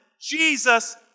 Jesus